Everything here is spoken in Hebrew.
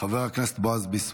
חבר הכנסת בועז ביסמוט.